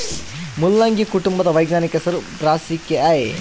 ಮುಲ್ಲಂಗಿ ಕುಟುಂಬದ ವೈಜ್ಞಾನಿಕ ಹೆಸರು ಬ್ರಾಸಿಕೆಐ